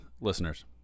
listeners